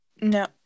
No